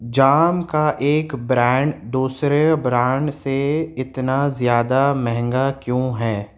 جام کا ایک برانڈ دوسرے برانڈ سے اتنا زیادہ مہنگا کیوں ہے